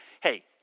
hey